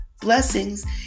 blessings